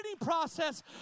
process